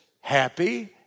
happy